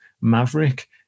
maverick